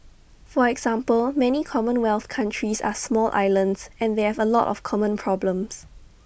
for example many common wealth countries are small islands and they have A lot of common problems